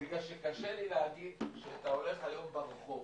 בגלל שקשה לי להגיד שאתה הולך היום ברחוב,